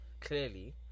clearly